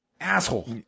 Asshole